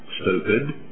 Stupid